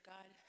God